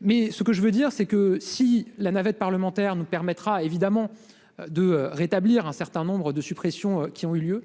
Mais ce que je veux dire c'est que si la navette parlementaire nous permettra évidemment de rétablir un certain nombre de suppressions qui ont eu lieu,